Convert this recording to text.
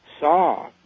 saw